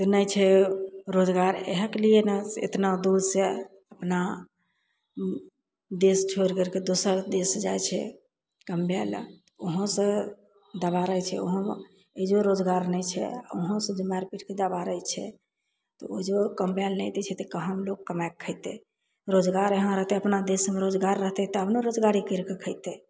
जे नहि छै रोजगार इएहके लिए ने एतना दूरसँ अपना देश छोड़ि करके दोसर देश जाइ छै कमबय लए यहाँसँ दबाड़य छै वहाँ अयजाँ रोजगार नहि छै वहाँसँ जे मारि पीटके दबाड़य छै तऽ ओइजाँ कमबय लए नहि दै छै तऽ कहाँमे लोग कमाइके खइतय रोजगार यहाँ रहितय अपना देशमे रोजगार रहितय तब ने रोजगारी करिके खइतय